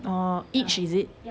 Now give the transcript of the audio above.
orh each is it